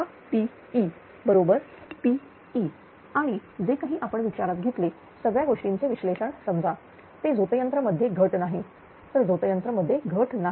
हाPe बरोबर Pe आणि जे काही आपण विचारात घेतले सगळ्या गोष्टींचे विश्लेषण समजा ते झोतयंत्र मध्ये घट नाही तर झोतयंत्र मध्ये घट नाही